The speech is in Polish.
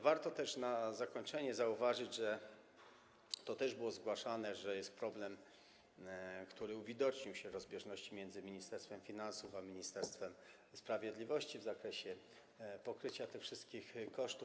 Warto też na zakończenie zauważyć, to też było zgłaszane, że jest problem - który się uwidocznił - rozbieżności między Ministerstwem Finansów a Ministerstwem Sprawiedliwości w zakresie pokrycia tych wszystkich kosztów.